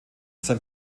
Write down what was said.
sein